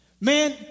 Man